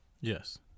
Yes